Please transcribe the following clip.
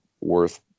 worth